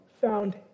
found